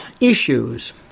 issues